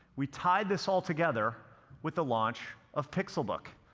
we tied this all together with the launch of pixelbook,